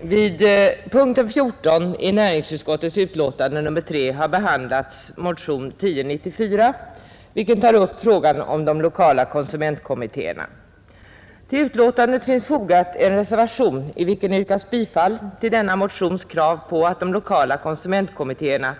Herr talman! Under punkten 14 i näringsutskottets betänkande nr 3 har behandlats motionen 1094, vilken tar upp frågan om de lokala konsumentkommittéerna. Till betänkandet finns fogad en reservation i vilken yrkas bifall till denna motions krav på att de lokala konsumentkommittéerna